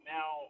Now